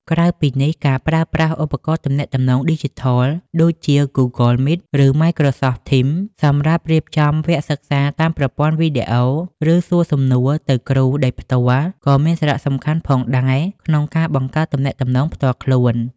ក្រៅពីនេះ ការប្រើប្រាស់ ឧបករណ៍ទំនាក់ទំនងឌីជីថល ដូចជា Google Meet ឬ Microsoft Teams សម្រាប់រៀបចំវគ្គសិក្សាតាមប្រព័ន្ធវីដេអូ ឬសួរសំណួរទៅគ្រូដោយផ្ទាល់ក៏មានសារៈសំខាន់ផងដែរក្នុងការបង្កើតទំនាក់ទំនងផ្ទាល់ខ្លួន។